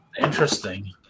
Interesting